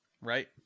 right